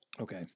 Okay